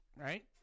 right